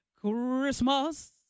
Christmas